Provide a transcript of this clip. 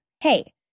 Hey